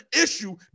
issue